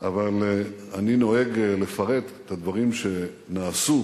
אני נוהג לפרט את הדברים שנעשו